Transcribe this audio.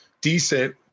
decent